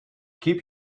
keep